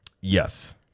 yes